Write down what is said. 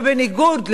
ובניגוד,